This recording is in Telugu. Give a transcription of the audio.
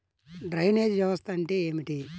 డ్రైనేజ్ వ్యవస్థ అంటే ఏమిటి?